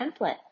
template